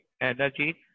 energy